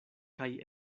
kaj